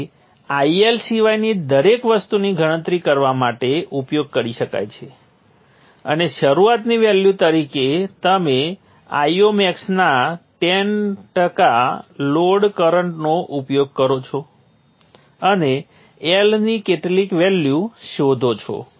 તેથી IL સિવાયની દરેક વસ્તુની ગણતરી કરવા માટે ઉપયોગ કરી શકાય છે અને શરૂઆતની વેલ્યુ તરીકે તમે Io max ના 10 ટકા લોડ કરન્ટનો ઉપયોગ કરો છો અને L ની કેટલીક વેલ્યુ શોધો છો